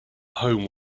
home